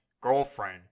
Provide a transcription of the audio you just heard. girlfriend